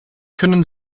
können